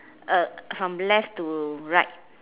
uh from left to right